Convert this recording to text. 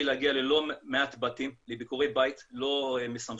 להגיע ללא מעט בתים לביקורי בית לא משמחים,